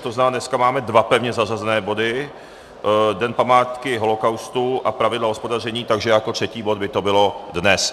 To znamená, dneska máme dva pevně zařazené body Den památky holocaustu a pravidla hospodaření, takže jako třetí bod by to bylo dnes.